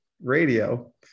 Radio